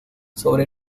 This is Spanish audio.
sobre